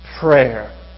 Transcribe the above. prayer